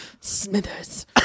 Smithers